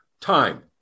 time